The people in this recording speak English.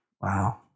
Wow